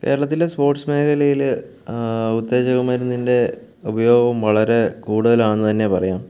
കേരളത്തിലെ സ്പോർട്സ് മേഖലയിൽ ഉത്തേജക മരുന്നിൻറെ ഉപയോഗം വളരെ കൂടുതലാണെന്ന് തന്നെ പറയാം